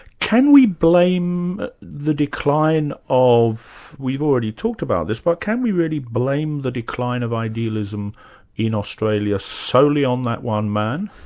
can we blame the decline of we've already talked about this, but can we really blame the decline of idealism in australia solely on that one man?